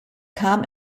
kam